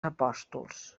apòstols